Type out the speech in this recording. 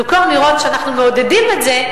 במקום לראות שאנחנו מעודדים את זה,